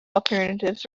alternatives